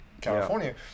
California